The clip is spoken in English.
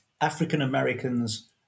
African-Americans